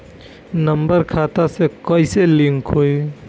Number खाता से कईसे लिंक होई?